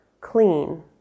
clean